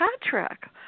Patrick